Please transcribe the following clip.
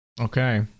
Okay